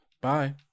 Bye